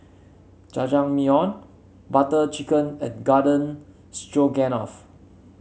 Jajangmyeon Butter Chicken and Garden Stroganoff